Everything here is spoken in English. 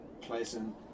pleasant